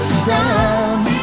sound